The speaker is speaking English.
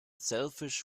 selfish